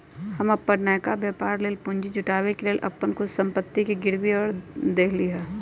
हम अप्पन नयका व्यापर लेल पूंजी जुटाबे के लेल अप्पन कुछ संपत्ति के गिरवी ध देलियइ ह